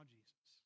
Jesus